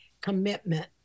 commitment